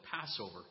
Passover